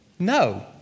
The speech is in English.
No